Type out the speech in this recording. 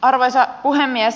arvoisa puhemies